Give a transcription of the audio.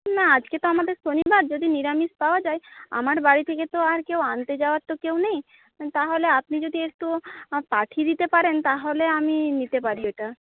না আজকে তো আমাদের শনিবার যদি নিরামিষ পাওয়া যায় আমার বাড়ি থেকে তো আর কেউ আনতে যাওয়ার তো কেউ নেই তাহলে আপনি যদি একটু পাঠিয়ে দিতে পারেন তাহলে আমি নিতে পারি ওইটা